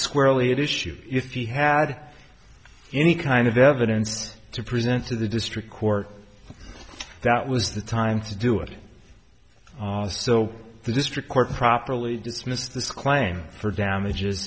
squarely at issue if he had any kind of evidence to present to the district court that was the time to do it so the district court properly dismissed this claim for damage